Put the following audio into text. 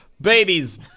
Babies